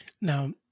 Now